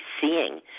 seeing